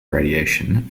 radiation